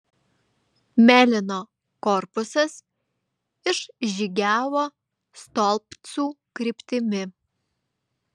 melino korpusas išžygiavo stolpcų kryptimi